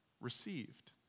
received